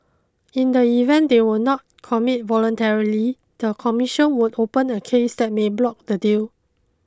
in the event they will not commit voluntarily the commission would open a case that may block the deal